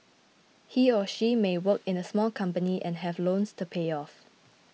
he or she may work in a small company and have loans to pay off